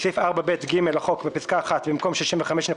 בסעיף 4ב(ג) לחוק, (א)בפסקה (1), במקום "65.1%"